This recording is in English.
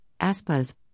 ASPAs